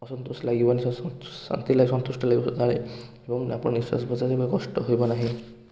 ଅସନ୍ତୋଷ ଲାଗିବନି ସବୁ ଶାନ୍ତି ଲାଗି ସନ୍ତୁଷ୍ଟ ଲାଗିବ ସଦାବେଳେ ଏବଂ ଆପଣ ନିଃଶ୍ୱାସ ପ୍ରଶ୍ୱାସ ନେବା କଷ୍ଟ ହେବ ନାହିଁ